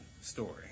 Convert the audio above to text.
story